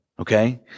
Okay